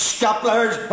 Scaplers